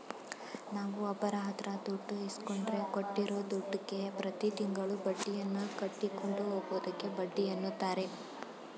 ನಾವುಒಬ್ಬರಹತ್ರದುಡ್ಡು ಇಸ್ಕೊಂಡ್ರೆ ಕೊಟ್ಟಿರೂದುಡ್ಡುಗೆ ಪ್ರತಿತಿಂಗಳು ಬಡ್ಡಿಯನ್ನುಕಟ್ಟಿಕೊಂಡು ಹೋಗುವುದಕ್ಕೆ ಬಡ್ಡಿಎನ್ನುತಾರೆ